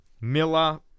Miller